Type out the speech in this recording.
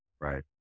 Right